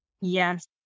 yes